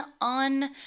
on